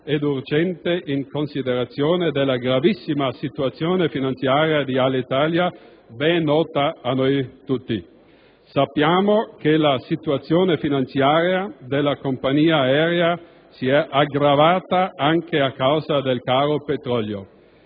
ed urgente in considerazione della gravissima situazione finanziaria di Alitalia, ben nota a noi tutti. Sappiamo che la situazione finanziaria della compagnia aerea si è aggravata anche a causa del caro petrolio.